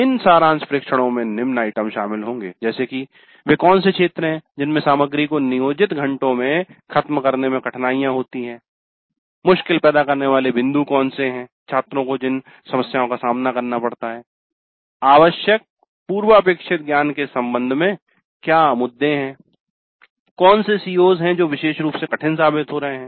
इन सारांश प्रेक्षणों में निम्न आइटम शामिल होंगे जैसे कि वे कौन से क्षेत्र हैं जिनमें सामग्री को नियोजित घंटों में ख़त्म करने में कठिनाइयाँ होती हैं मुश्किल पैदा करने वाले बिंदु कौन से हैं छात्रों को जिन समस्याओं का सामना करना पड़ता है आवश्यक पूर्वापेक्षित ज्ञान के संबंध में क्या मुद्दे हैं कौन से CO's हैं जो विशेष रूप से कठिन साबित हो रहे हैं